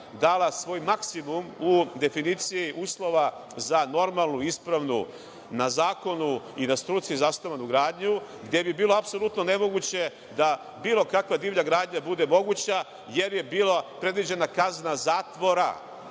dala svoj maksimum u definiciji uslova za normalnu, ispravnu, na zakonu i na struci zasnovanu gradnju, gde bi bilo apsolutno nemoguće da bilo kakva divlja gradnja bude moguće jer je bila predviđena kazna zatvora